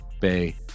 Bay